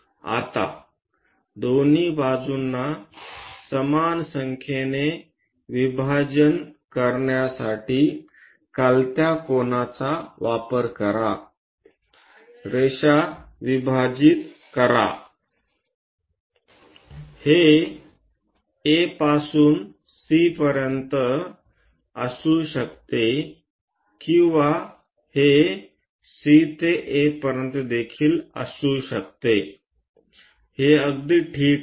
आता दोन्ही बाजूंना समान संख्येने विभाजन करण्यासाठी कलते कोनाचा वापर करा रेषा विभाजित करा हे A पासून C पर्यंत सुरू होऊ शकते किंवा हे C ते A पर्यंत देखील असू शकते हे अगदी ठीक आहे